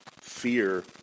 Fear